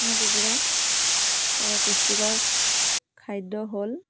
হাঁহ কুকুৰা বাবে পুষ্টিকৰ খাদ্য হ'ল